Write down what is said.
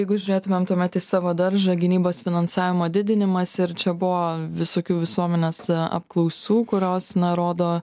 jeigu žiūrėtumėm tuomet į savo daržą gynybos finansavimo didinimas ir čia buvo visokių visuomenės apklausų kurios na rodo